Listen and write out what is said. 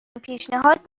پیشنهاد